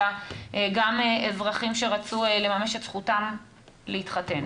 אלא גם אזרחים שרצו לממש את זכותם להתחתן,